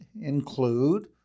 include